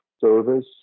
service